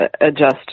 adjust